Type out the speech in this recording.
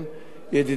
ועמל,